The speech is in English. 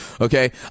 okay